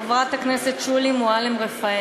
חברת הכנסת שולי מועלם-רפאלי,